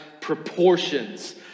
proportions